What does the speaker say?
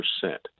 percent